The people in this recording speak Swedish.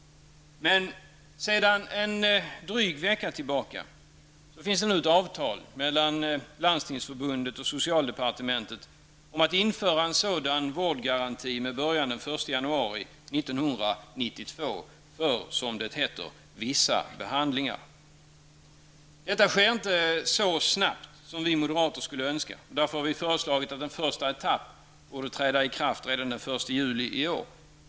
Men sedan en dryg vecka tillbaka finns det ett avtal mellan Landstingsförbundet och socialdepartementet om att införa en sådan vårdgaranti med början den 1 januari 1992 för ''vissa behandlingar''. Detta sker inte så snabbt som vi moderater skulle önska. Därför har vi föreslagit att en första etapp skall träda i kraft redan den 1 juli i år.